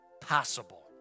possible